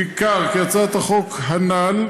ניכר כי הצעת החוק הנ"ל,